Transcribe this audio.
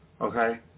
okay